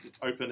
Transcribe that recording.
open